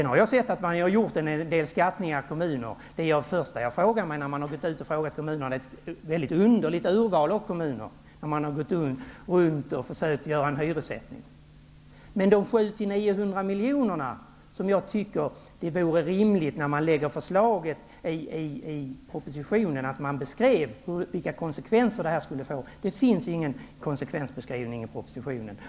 Jag har också sett att man har gjort en del skattningar i kommuner. Den första fråga som jag har ställt mig när jag har vänt mig till kommunerna om detta gäller det underliga urvalet av kommuner när man har försökt få underlag för en hyressättning. Jag tycker att det vore rimligt att man när man i propositionen lägger fram förslaget om de 700--900 miljonerna skulle beskriva vilka konsekvenser som det får, men det finns ingen konsekvensbeskrivning i propositionen.